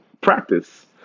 practice